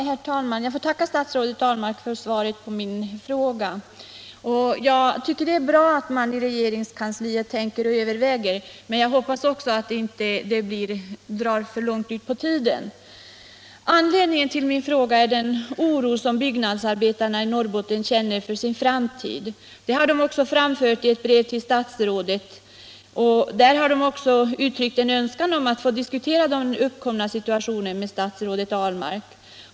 Herr talman! Jag får tacka statsrådet Ahlmark för svaret på min fråga. Jag tycker att det är bra att man i regeringskansliet tänker och överväger, men jag hoppas också att det inte drar för långt ut på tiden. Anledningen till min fråga är den oro som byggnadsarbetarna i Norrbotten känner för sin framtid. De har också i ett brev till statsrådet gett uttryck för oron och önskat få diskutera den uppkomna situationen med statsrådet Ahlmark.